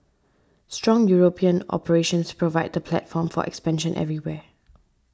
strong European operations provide the platform for expansion everywhere